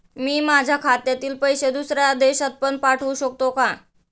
मी माझ्या खात्यातील पैसे दुसऱ्या देशात पण पाठवू शकतो का?